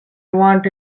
won’t